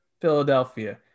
Philadelphia